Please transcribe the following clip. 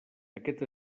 aquest